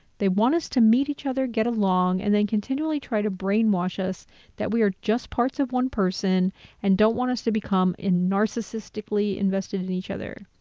they want us to meet each other, get along, and then continually try to brainwash us that we are just parts of one person and don't want us to become narcissistically invested in each other.